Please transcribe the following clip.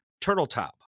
Turtletop